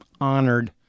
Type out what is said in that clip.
honored